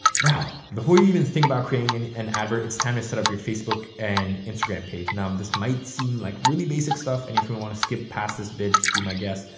now before you even think about creating and an advert, it's time to set up your facebook and instagram page. now, this might seem like really basic stuff and if we want to skip past this bit, just be my guest.